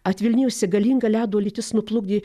atvilnijusi galinga ledo lytis nuplukdė